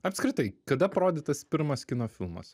apskritai kada parodytas pirmas kino filmas